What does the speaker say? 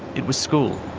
it was school.